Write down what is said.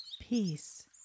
peace